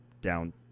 down